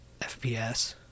fps